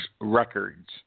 records